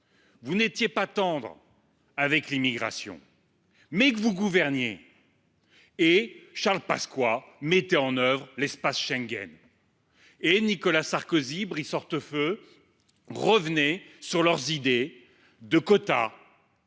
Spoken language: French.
vous n’étiez pas tendres avec l’immigration, mais vous gouverniez. Charles Pasqua mettait en œuvre l’espace Schengen. Nicolas Sarkozy et Brice Hortefeux revenaient sur leurs idées de quotas